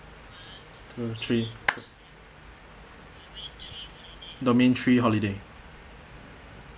two three domain three holiday